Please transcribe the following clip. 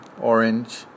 orange